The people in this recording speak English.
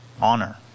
honor